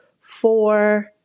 four